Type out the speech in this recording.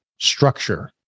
structure